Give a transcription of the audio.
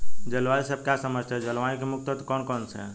जलवायु से आप क्या समझते हैं जलवायु के मुख्य तत्व कौन कौन से हैं?